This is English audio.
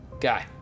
guy